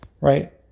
Right